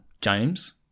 James